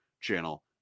channel